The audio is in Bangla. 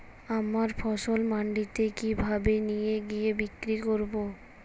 আমার ফসল মান্ডিতে কিভাবে নিয়ে গিয়ে বিক্রি করব?